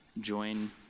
join